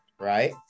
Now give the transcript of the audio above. right